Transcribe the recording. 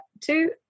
two